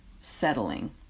settling